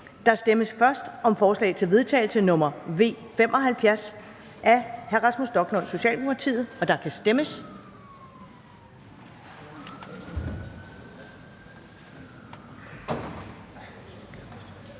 Der stemmes først om forslag til vedtagelse nr. V 75 af Rasmus Stoklund (S), og der kan stemmes.